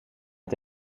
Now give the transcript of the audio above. het